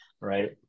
right